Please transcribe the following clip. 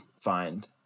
find